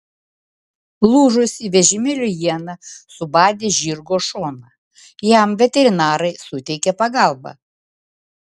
lūžusi vežimėlio iena subadė žirgo šoną jam veterinarai suteikė pagalbą